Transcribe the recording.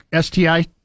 STI